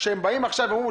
כשהם באים עכשיו ואומרים,